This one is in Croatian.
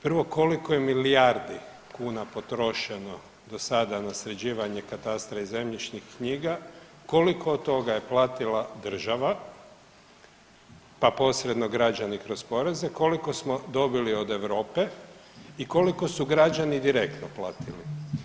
Prvo, koliko je milijardi kuna potrošeno do sada na sređivanje katastra i zemljišnih knjiga, koliko od toga je platila država, pa posredno građani kroz poreze, koliko smo dobili od Europe i koliko su građani direktno platili?